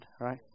Right